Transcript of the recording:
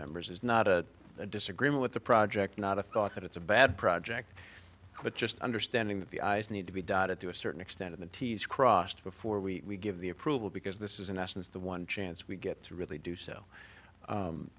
members is not a disagreement with the project not a thought that it's a bad project but just understanding that the eyes need to be dotted to a certain extent of the t's crossed before we give the approval because this is in essence the one chance we get to really do so